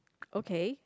okay